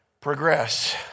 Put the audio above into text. progress